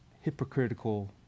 hypocritical